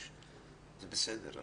זה בסדר.